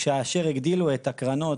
כאשר הגדילו את הקרנות